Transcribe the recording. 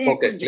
Okay